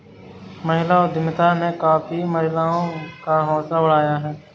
महिला उद्यमिता ने काफी महिलाओं का हौसला बढ़ाया है